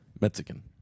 Mexican